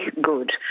good